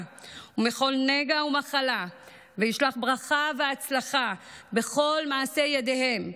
ומכל נגע ומחלה וישלח ברכה והצלחה בכל מעשי ידיהם,